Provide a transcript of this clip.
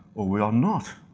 or we are not,